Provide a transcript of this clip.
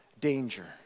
danger